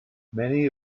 many